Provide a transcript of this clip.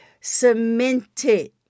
cemented